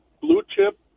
blue-chip